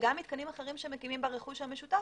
כשגם מתקנים אחרים שמקימים ברכוש המשותף